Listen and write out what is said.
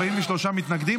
43 מתנגדים,